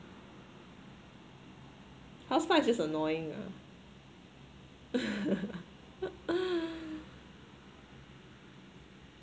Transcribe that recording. housefly just annoying ah